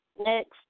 Next